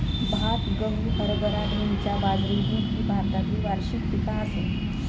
भात, गहू, हरभरा, धैंचा, बाजरी, मूग ही भारतातली वार्षिक पिका आसत